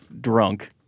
drunk